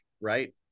right